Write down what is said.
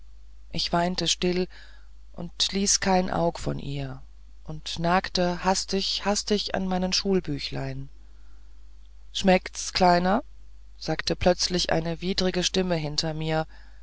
ich weinte still und ließ kein aug von ihr und nagte hastig hastig an meinem schulbüchlein schmeckt's kleiner sagte plötzlich eine widrige stimme hinter mir